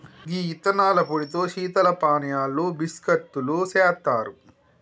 గీ యిత్తనాల పొడితో శీతల పానీయాలు బిస్కత్తులు సెత్తారు